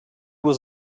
was